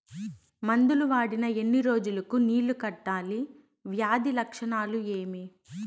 మందులు వాడిన ఎన్ని రోజులు కు నీళ్ళు కట్టాలి, వ్యాధి లక్షణాలు ఏమి?